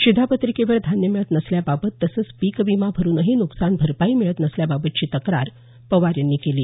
शिधा पत्रिकेवर धान्य मिळत नसल्याबाबत तसंच पीक विमा भरूनही नुकसान भरपाई मिळत नसल्याबाबतची तक्रार पवार यांनी केली